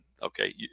Okay